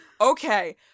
Okay